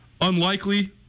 Unlikely